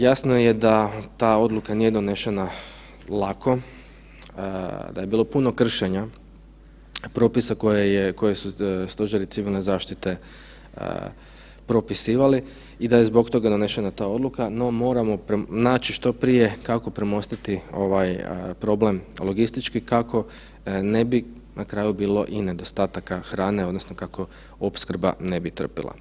Jasno je da ta odluka nije donesena lako, da je bilo puno kršenja propisa koje su stožeri civilne zaštite propisivali i da je zbog toga donesena takva odluka, no moramo naći što prije kako premostiti ovaj problem, logistički, kako ne bi na kraju bilo i nedostataka hrane, odnosno kako opskrba ne bi trpila.